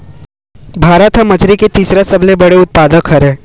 भारत हा मछरी के तीसरा सबले बड़े उत्पादक हरे